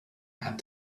had